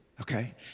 okay